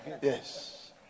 Yes